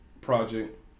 Project